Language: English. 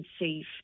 safe